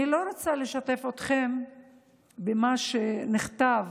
אני לא רוצה לשתף אתכם במה שנכתב